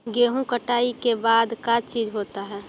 गेहूं कटाई के बाद का चीज होता है?